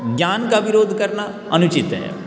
ज्ञान का विरोध करना अनुचित है